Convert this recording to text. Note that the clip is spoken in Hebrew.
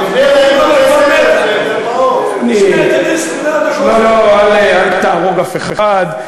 תוכנית פראוור כבר מתה, לא, לא, אל תהרוג אף אחד.